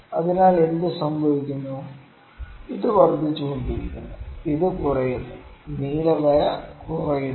അതിനാൽ എന്ത് സംഭവിക്കുന്നു ഇത് വർദ്ധിച്ചുകൊണ്ടിരിക്കുന്നു ഇത് കുറയുന്നു നീല വര കുറയുന്നു